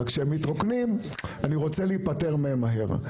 אבל כשהם מתרוקנים אני רוצה להיפטר מהם מהר.